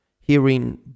hearing